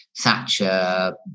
Thatcher